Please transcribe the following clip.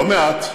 לא מעט,